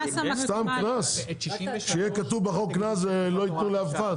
סתם קנס שיהיה כתוב בחוק קנס ולא יתנו לאף אחד?